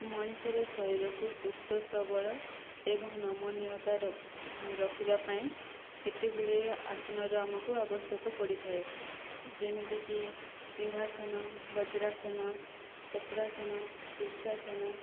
ମଣିଷର ଶରୀରକୁ ସୁସ୍ଥ ସବଳ ଏବଂ ନମନୀୟତାର ରରଖିବାପାଇଁ କେତେ ଗୁଡ଼ିଏ ଆସନର ଆମକୁ ଆବଶ୍ୟକ ପଡ଼ିଥାଏ ଯେମିତିକି ସିଂହାସନ ବଜ୍ରାସନ ଚକ୍ରାସନ ଶୀର୍ଷାସନ